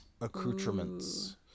accoutrements